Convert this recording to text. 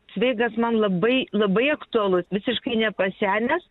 cveigas man labai labai aktualus visiškai nepasenęs